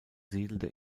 siedelte